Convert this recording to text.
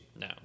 No